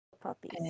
puppies